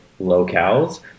locales